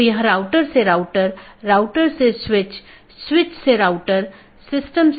यह एक बड़े आईपी नेटवर्क या पूरे इंटरनेट का छोटा हिस्सा है